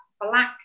black